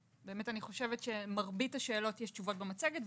ואני חושבת שלמרבית השאלות יש תשובות במצגת,